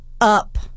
up